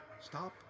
Stop